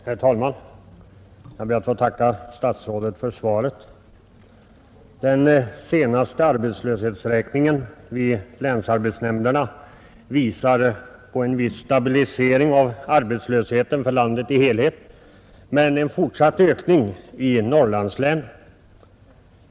Herr talman! Jag ber att få tacka statsrådet för svaret. Den senaste arbetslöshetsräkningen vid länsarbetsnämnderna visar på en viss stabilisering av arbetslösheten för landet i dess helhet men en fortsatt ökning i Norrlandslänen.